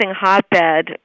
hotbed